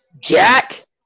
Jack